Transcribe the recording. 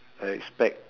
I expect